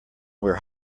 were